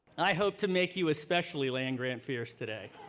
i hope to make you especially land-grant fierce today.